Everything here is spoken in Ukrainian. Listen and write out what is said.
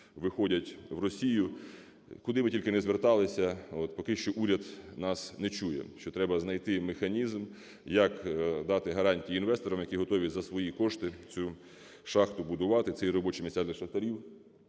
виходять в Росію. Куди ми тільки не зверталися. Поки що уряд нас не чує, що треба знайти механізм, як дати гарантії інвесторам, які готові за свої кошти цю шахту будувати. Це і робочі місця для шахтарів,